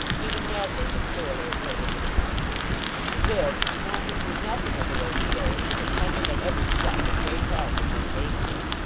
even had they been thoroughly acquainted with the country and which, to one who knew nothing of the way he rode, was attended at every step with great hazard and danger.